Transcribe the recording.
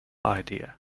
idea